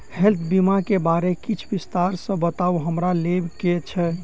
Health बीमा केँ बारे किछ विस्तार सऽ बताउ हमरा लेबऽ केँ छयः?